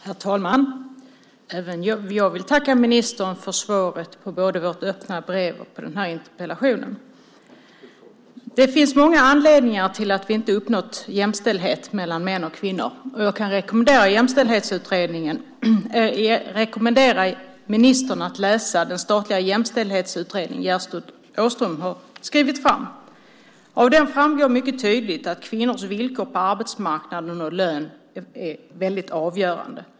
Herr talman! Även jag vill tacka ministern för svaret på både vårt öppna brev och på interpellationen. Det finns många anledningar till att vi inte uppnått jämställdhet mellan män och kvinnor. Jag kan rekommendera ministern att läsa den statliga jämställdhetsutredningen som Gertrud Åström har skrivit. Av den framgår mycket tydligt att kvinnors villkor på arbetsmarknaden och lön är väldigt avgörande.